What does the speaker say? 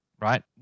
Right